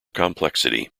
complexity